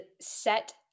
set